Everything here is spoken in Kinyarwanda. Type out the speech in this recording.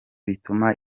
bituma